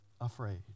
afraid